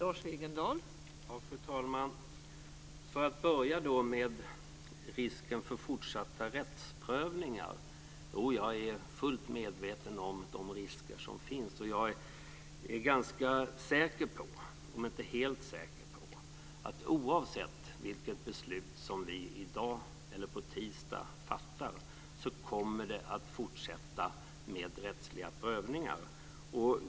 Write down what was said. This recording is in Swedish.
Fru talman! Låt mig börja med risken för fortsatta rättsprövningar. Jo, jag är fullt medveten om de risker som finns. Jag är ganska säker på, om inte helt, att oavsett vilket beslut som vi fattar på tisdag kommer de rättsliga prövningarna att fortsätta.